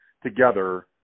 Together